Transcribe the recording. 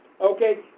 Okay